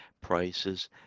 prices